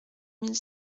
mille